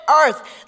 Earth